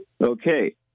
Okay